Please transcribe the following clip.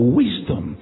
wisdom